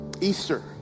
Easter